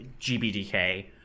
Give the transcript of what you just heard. GBDK